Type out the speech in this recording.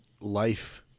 life